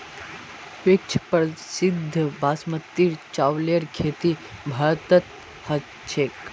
विश्व प्रसिद्ध बासमतीर चावलेर खेती भारतत ह छेक